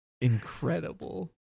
incredible